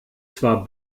zwar